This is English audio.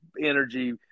energy